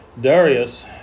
Darius